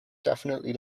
definitely